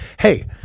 Hey